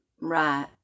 Right